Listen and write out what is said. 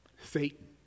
Satan